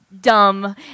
dumb